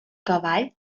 cavall